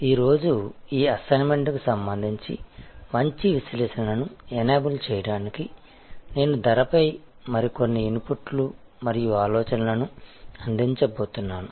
ఈ రోజు ఈ అసైన్మెంట్కి సంబంధించి మంచి విశ్లేషణను ఎనేబుల్ చేయడానికి నేను ధరపై మరికొన్ని ఇన్పుట్లు మరియు ఆలోచనలను అందించబోతున్నాను